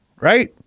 Right